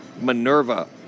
Minerva